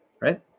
right